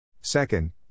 Second